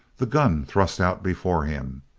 the gun thrust out before him.